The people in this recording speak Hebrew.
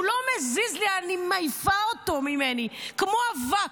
הוא לא מזיז לי, אני מעיפה אותו ממני כמו אבק.